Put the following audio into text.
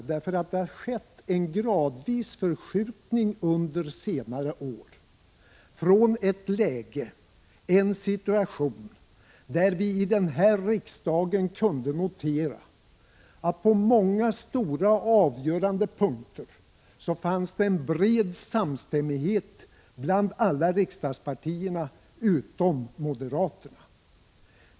Under senare år har det gradvis skett en förskjutning från ett läge, där vi i riksdagen kunde notera att det på många stora och avgörande punkter fanns en bred samstämmighet mellan alla partierna utom moderaterna.